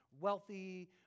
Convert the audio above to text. wealthy